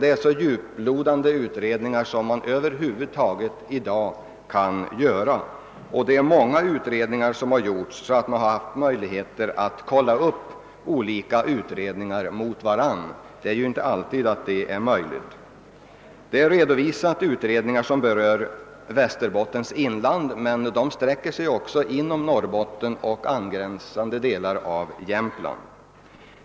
Det är så djuplodande utredningar som man över huvud taget i dag kan göra. Många utredningar har också gjorts, varigenom man haft möjligheter att kolla utredningars resultat gentemot varandra. Detta är inte alltid möjligt att göra. En del av de utredningar som redovisats berör Västerbottens inland, men de berör också Norrbotten och angränsande delar av Jämtland.